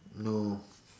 no